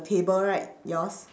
table right yours